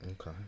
okay